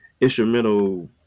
instrumental